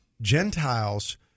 Gentiles